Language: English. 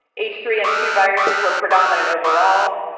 h three n two viruses were predominant overall,